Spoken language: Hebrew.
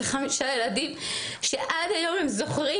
זה חמישה ילדים שעד היום הם זוכרים.